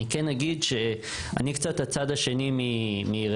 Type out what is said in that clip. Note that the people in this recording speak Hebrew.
אני כן אגיד שאני קצת הצד השני מרפאל,